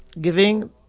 giving